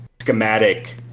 schematic